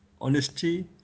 honesty